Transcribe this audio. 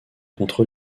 contre